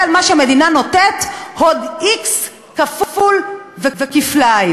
על מה שהמדינה נותנת עוד x כפול וכפליים.